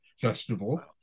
Festival